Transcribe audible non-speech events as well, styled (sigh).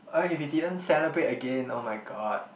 (noise) if you didn't celebrate again oh my god